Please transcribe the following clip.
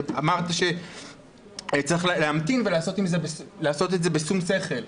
אמרת שצריך להמתין ולעשות את זה בשום שכל.